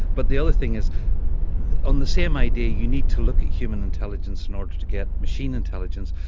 but the other thing is on the same idea you need to look at human intelligence in order to get machine intelligence.